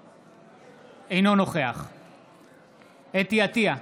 אינו נוכח חוה אתי עטייה,